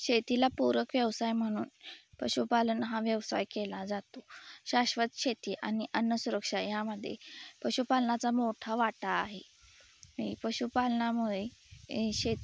शेतीला पूरक व्यवसाय म्हणून पशुपालन हा व्यवसाय केला जातो शाश्वत शेती आणि अन्नसुरक्षा ह्यामध्ये पशुपालनाचा मोठा वाटा आहे पशुपालनामुळे शेत